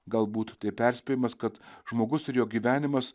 galbūt tai perspėjimas kad žmogus ir jo gyvenimas